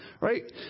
right